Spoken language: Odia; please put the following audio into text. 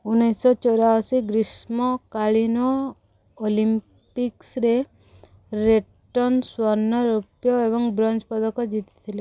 ଉନେଇଶିଶହ ଚଉରାଅଶୀ ଗ୍ରୀଷ୍ମକାଳୀନ ଅଲିମ୍ପିକ୍ସରେ ରେଟ୍ଟନ୍ ସ୍ୱର୍ଣ୍ଣ ରୌପ୍ୟ ଏବଂ ବ୍ରୋଞ୍ଜ ପଦକ ଜିତି ଥିଲେ